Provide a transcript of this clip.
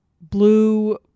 blue